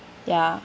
ya